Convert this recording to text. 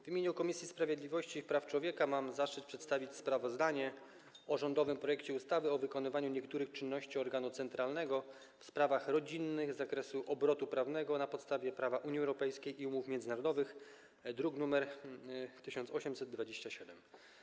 W imieniu Komisji Sprawiedliwości i Praw Człowieka mam zaszczyt przedstawić sprawozdanie o rządowym projekcie ustawy o wykonywaniu niektórych czynności organu centralnego w sprawach rodzinnych z zakresu obrotu prawnego na podstawie prawa Unii Europejskiej i umów międzynarodowych, druk nr 1827.